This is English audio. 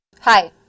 Hi